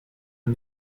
and